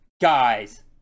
Guys